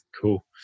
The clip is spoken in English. cool